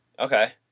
Okay